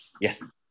Yes